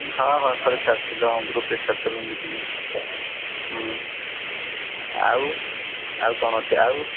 ହଁ ହଁ ଥରେ ଛାଡ଼ିଥିଲୁ ହଁ ଗ୍ରୁପରେ ଛାଡ଼ିଥିଲୁ ମୁଁ ଦେଖିଛି ଆଉ ଆଉ କ'ଣ ଅଛି ଆଉ